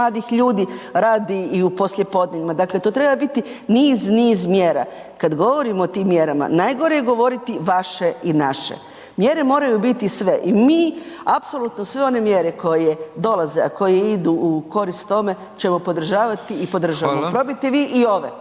mladih ljudi radi u poslije podne, dakle to treba biti niz, niz mjera. Kad govorimo o tim mjerama najgore je govoriti vaše i naše, mjere moraju biti sve i mi apsolutno sve one mjere koje dolaze, a koje idu u korist tome ćemo podržavati i podržavamo, probajte vi i ove.